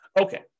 Okay